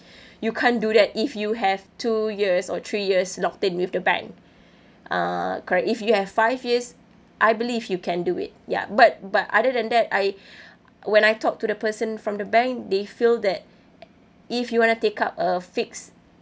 you can't do that if you have two years or three years locked in with the bank ah correct if you have five years I believe you can do it ya but but other than that I when I talk to the person from the bank they feel that if you want to take up a fixed